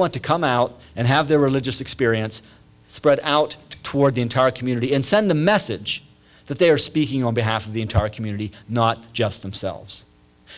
want to come out and have their religious experience spread out toward the entire community and send the message that they are speaking on behalf of the entire community not just themselves